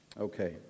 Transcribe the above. Okay